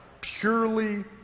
purely